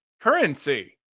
Currency